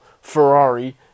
ferrari